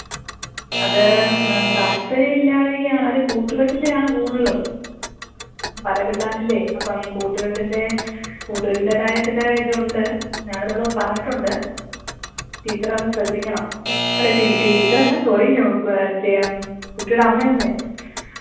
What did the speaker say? അത് താല്പര്യ ഇല്ലായ്കയാണ് അത് കൂട്ടുകെട്ടിൻ്റെ ആണ് കൂടുതലും പല പിള്ളാരില്ലെ അപ്പം കൂട്ടുകെട്ടിൻ്റെ കൂട്ടുകെട്ടിൻ്റെതായ ചില ഇതുണ്ട് ഞാനതവളോട് പറഞ്ഞിട്ടുണ്ട് ടീച്ചർ ഒന്ന് ശ്രദ്ധിക്കണം അല്ല ടീച്ചറല്ല സോറി കോ ചെ കുട്ടിയുടെ അമ്മ ഒന്നെ